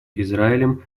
израилем